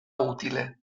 utile